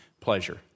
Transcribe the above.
pleasure